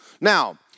Now